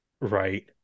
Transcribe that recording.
right